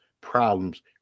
problems